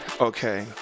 Okay